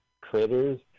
critters